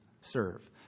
serve